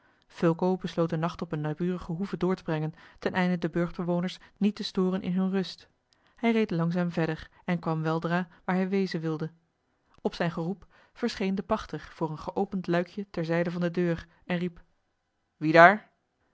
fulco besloot den nacht op eene naburige hoeve door te brengen teneinde de burchtbewoners niet te storen in hunne rust hij reed langzaam verder en kwam weldra waar hij wezen wilde op zijn geroep verscheen de pachter voor een geopend luikje ter zijde van de deur en riep wie daar